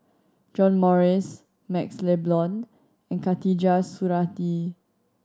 John Morrice MaxLe Blond and Khatijah Surattee